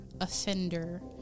offender